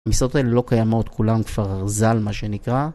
המשרות האלה לא קיימות, כולם כבר ז"ל מה שנקרא...